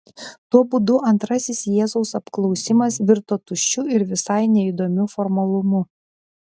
tuo būdu antrasis jėzaus apklausimas virto tuščiu ir visai neįdomiu formalumu